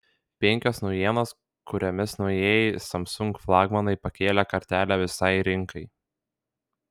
penkios naujienos kuriomis naujieji samsung flagmanai pakėlė kartelę visai rinkai